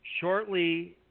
shortly